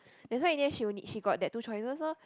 that's why in the end she only she got that two choices lor